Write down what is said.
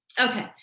Okay